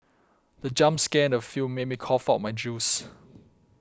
the jump scare in the film made me cough out my juice